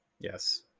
Yes